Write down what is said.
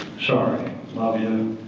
sorry i love you.